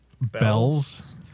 bells